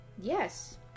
Yes